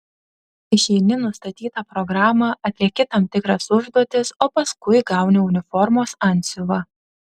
išeini nustatytą programą atlieki tam tikras užduotis o paskui gauni uniformos antsiuvą